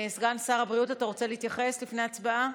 סגן שר הבריאות, אתה רוצה להתייחס לפני ההצבעה?